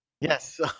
Yes